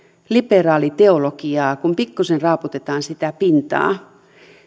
liberaaliteologiaa kun pikkuisen raaputetaan sitä pintaa